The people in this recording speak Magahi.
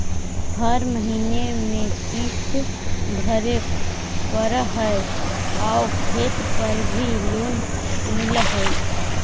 हर महीने में किस्त भरेपरहै आउ खेत पर भी लोन मिल है?